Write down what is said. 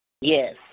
Yes